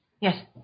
yes